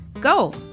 Go